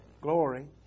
Glory